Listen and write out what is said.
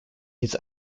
his